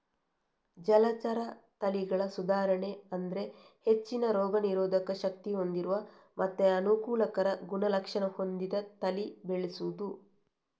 ಜಲಚರ ತಳಿಗಳ ಸುಧಾರಣೆ ಅಂದ್ರೆ ಹೆಚ್ಚಿನ ರೋಗ ನಿರೋಧಕ ಶಕ್ತಿ ಹೊಂದಿರುವ ಮತ್ತೆ ಅನುಕೂಲಕರ ಗುಣಲಕ್ಷಣ ಹೊಂದಿದ ತಳಿ ಬೆಳೆಸುದು